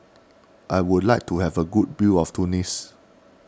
I would like to have a good view of Tunis